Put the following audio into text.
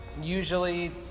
usually